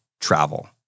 travel